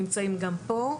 נמצאים גם פה,